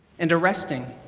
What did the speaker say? and arresting.